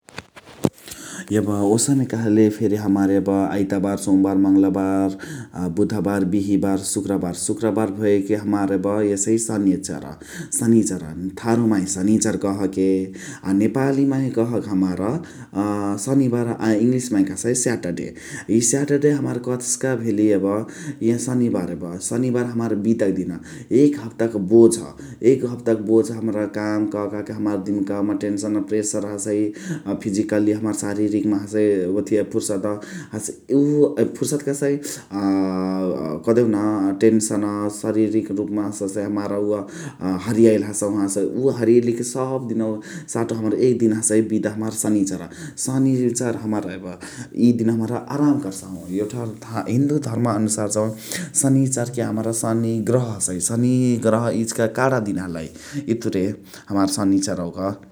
यब ओसने कहले फेरी हमार यब आइतबार्, सोमबार्, मंगलबार बुधबार्, बिहिबार्, सुक्रबार । सुक्रबार भयकी हमार यब यसइ सनिचार। सनिचार, थारु माहे सनिचार कहके नेपाली माहे कहके हमार सनिबार आ इङ्लिश माहे कह्सइ साटडे इ साटडे हमार कत्स्का भेलिय यब इय सनिबार यब । सनिबार हमार बिदा क दिन । एक हप्ता क बुझा, एक हप्ता क बुझा हमरा काम क का के हमार दिम्काउ मा टेन्सन प्रेसर हसइ फिजिकल्ली हमार साररिक मा हसइ ओथिया फुर्सद फुर्सद कह्सइ कह्देउ न टेन्सन सरिरिक रुप्मा हसइ हसे हमार उव हरियाइली हसहु । उवा हरियाइली सब दिनव क साटो एक दिन हसइ हमार बिदा सनिचर। सनिनिचर हमार यब इ दिनवा हमार अराम कर्सहु । यउठा हिन्दू धर्म अनुसार्, सनिचर के हमरा सनी गर्ह हसइ । सनी गर्ह इचिका काणा दिन हलइ इतुरे हमार सनिचरवा क ।